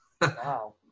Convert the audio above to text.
Wow